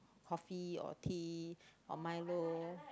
coffee or tea or milo